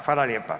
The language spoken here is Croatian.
Hvala lijepa.